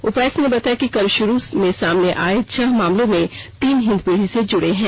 उपायुक्त ने बताया कि कल शुरू में सामने आए छह मामलों में तीन हिंदपीढी से जुड़े हैं